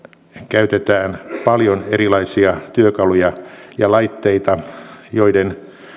käytetään paljon erilaisia työkaluja ja laitteita joiden